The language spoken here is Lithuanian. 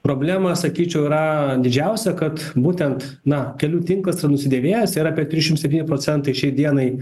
problema sakyčiau yra didžiausia kad būtent na kelių tinklas yra nusidėvėjęs ir apie trišim septyni procentai šiai dienai